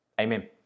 Amen